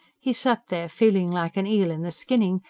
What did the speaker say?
he sat there, feeling like an eel in the skinning,